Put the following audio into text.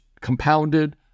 compounded